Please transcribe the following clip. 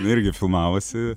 jinai irgi filmavosi